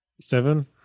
seven